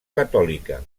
catòlica